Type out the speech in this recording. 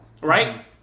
right